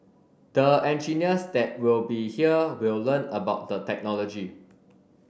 the engineers that will be here will learn about the technology